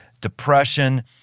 depression